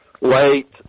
late